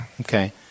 Okay